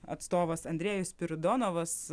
atstovas andrejus spiridonovas